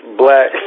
black